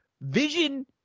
Vision